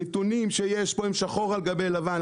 הנתונים שיש פה הם שחור על גבי לבן,